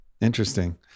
Interesting